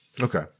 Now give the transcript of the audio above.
Okay